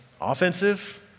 offensive